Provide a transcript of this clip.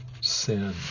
sin